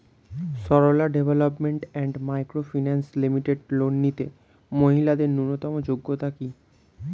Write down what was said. Sarala development and microfinance limited loan নিতে মহিলাদের ন্যূনতম যোগ্যতা কী?